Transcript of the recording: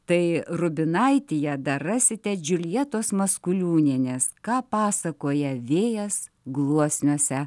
tai rubinaitė ją dar rasite džiuljetos maskuliūnienės ką pasakoja vėjas gluosniuose